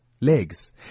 legs